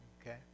Okay